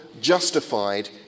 justified